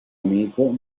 amico